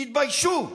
תתביישו.